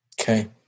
Okay